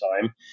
time